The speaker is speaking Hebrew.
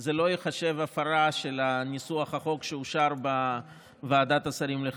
וזה לא ייחשב הפרה של ניסוח החוק שאושר בוועדת השרים לחקיקה.